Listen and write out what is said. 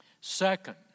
Second